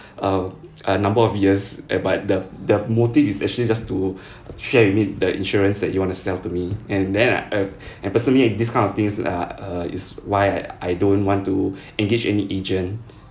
uh a number of years uh but the the motive is actually just to share with me the insurance that you want to sell to me and then err and personally this kind of things uh err is why I don't want to engage any agent